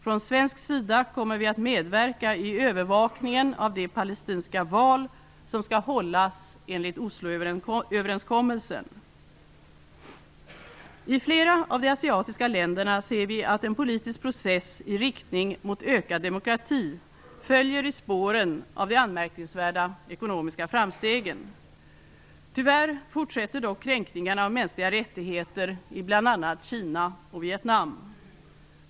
Från svensk sida kommer vi att medverka i övervakningen av de palestinska val som skall hållas enligt I flera av de asiatiska länderna ser vi att en politisk process i riktning mot ökad demokrati följer i spåren av de anmärkningsvärda ekonomiska framstegen. Tyvärr fortsätter dock kränkningarna av mänskliga rättigheter i bl.a. Kina och Vietnam.